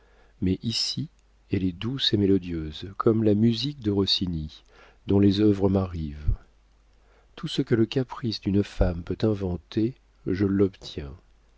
mais ici elle est douce et mélodieuse comme la musique de rossini dont les œuvres m'arrivent tout ce que le caprice d'une femme peut inventer je l'obtiens